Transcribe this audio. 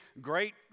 great